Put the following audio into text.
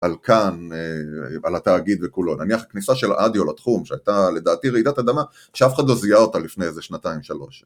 על כאן, על התאגיד וכולו. נניח הכניסה של אודיו לתחום, שהייתה לדעתי רעידת אדמה שאף אחד לא זיהה אותה לפני איזה שנתיים-שלוש.